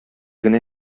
генә